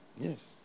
Yes